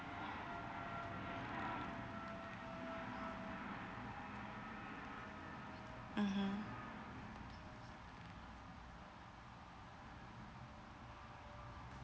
mmhmm